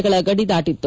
ಗಳ ಗಡಿ ದಾಟತ್ತು